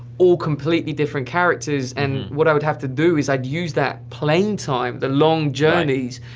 all completely different characters, and what i would have to do is i'd use that plane time, the long journeys,